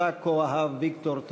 שאותה ויקטור כה אהב,